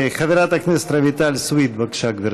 חברת הכנסת רויטל סויד, בבקשה, גברתי.